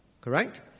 Correct